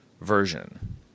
version